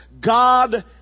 God